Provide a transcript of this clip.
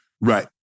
Right